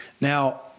Now